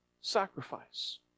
sacrifice